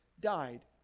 died